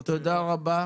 תודה רבה.